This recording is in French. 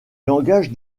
langage